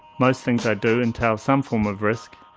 most things i do entail some form of risk,